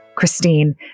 Christine